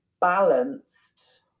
balanced